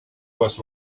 was